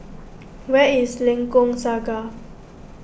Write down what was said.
where is Lengkok Saga